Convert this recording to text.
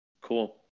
Cool